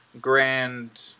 grand